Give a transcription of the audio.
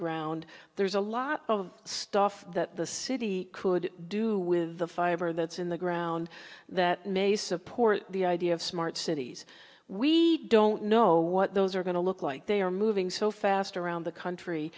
ground there's a lot of stuff that the city could do with the fiber that's in the ground that may support the idea of smart cities we don't know what those are going to look like they are moving so fast around the country